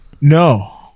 no